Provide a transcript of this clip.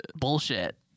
bullshit